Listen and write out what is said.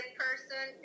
person